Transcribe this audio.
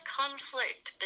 conflict